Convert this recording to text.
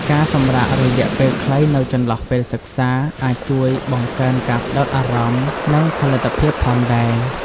ការសម្រាករយៈពេលខ្លីនៅចន្លោះពេលសិក្សា អាចជួយបង្កើនការផ្តោតអារម្មណ៍ និងផលិតភាពផងដែរ។